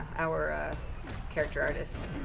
our character artist,